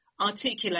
articulate